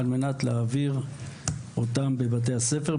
על מנת להעביר אותם בבתי הספר,